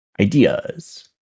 ideas